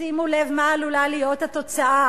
שימו לב מה עלולה להיות התוצאה,